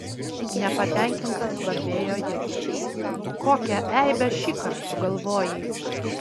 nepatenkintas bambėjo jis kokią eibę šįkart sugalvojai